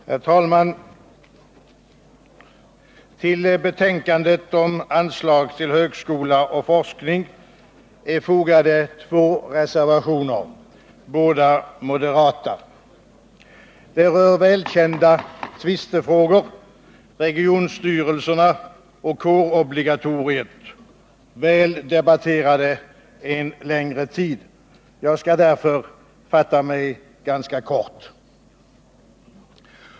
Herr talman! Vid utbildningsutskottets betänkande nr 25 om anslag till högskola och forskning är fogade två reservationer, båda moderata. De rör välkända tvistefrågor — regionstyrelserna och kårobligatoriet — väl debatterade under en längre tid. Jag skall därför fatta mig ganska kort.